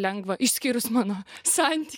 lengva išskyrus mano santy